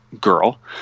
girl